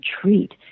treat